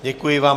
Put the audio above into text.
Děkuji vám.